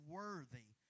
worthy